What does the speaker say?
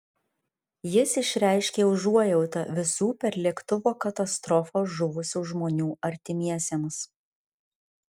jis išreiškė užuojautą visų per lėktuvo katastrofą žuvusių žmonių artimiesiems